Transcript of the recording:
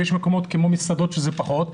ויש מקומות כמו מסעדות שזה פחות,